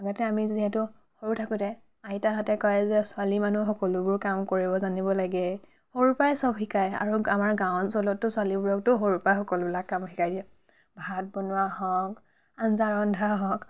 আগতে আমি যিহেতু সৰু থাকোঁতে আইতাহঁতে কয় যে ছোৱালী মানুহ সকলোবোৰ কাম কৰিব জানিব লাগে সৰুৰ পৰাই চব শিকাই আৰু আমাৰ গাঁও অঞ্চলততো ছোৱালীবোৰকতো সৰুৰ পৰাই সকলোবিলাক কাম শিকাই দিয়ে ভাত বনোৱা হওক আঞ্জা ৰন্ধা হওক